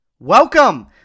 Welcome